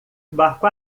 barco